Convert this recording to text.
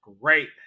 great